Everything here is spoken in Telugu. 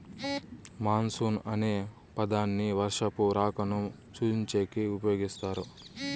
మాన్సూన్ అనే పదాన్ని వర్షపు రాకను సూచించేకి ఉపయోగిస్తారు